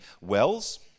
wells